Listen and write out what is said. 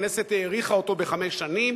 הכנסת האריכה אותו בחמש שנים.